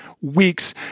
weeks